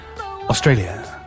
Australia